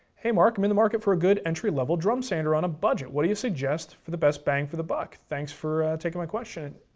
hey marc, i'm in the market for a good entry level drum sander on a budget, what you do you suggest for the best bang for the buck? thanks for taking my question.